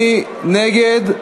מי נגד?